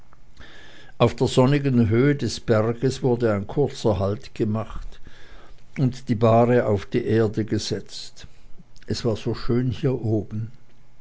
auf der sonnigen höhe des berges wurde ein kurzer halt gemacht und die bahre auf die erde gesetzt es war so schön hier oben